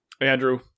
Andrew